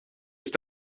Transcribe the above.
ist